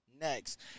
next